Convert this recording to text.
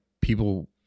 people